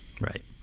Right